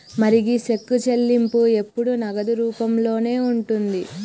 మరి గీ సెక్కు చెల్లింపు ఎప్పుడు నగదు రూపంలోనే ఉంటుంది